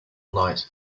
night